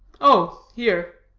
oh, here